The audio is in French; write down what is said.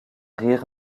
rire